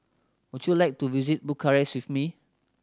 would you like to visit Bucharest with me